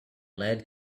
lead